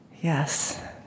Yes